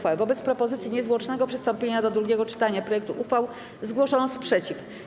Wobec propozycji niezwłocznego przystąpienia do drugiego czytania projektu uchwał zgłoszono sprzeciw.